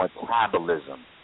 metabolism